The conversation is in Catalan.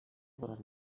durant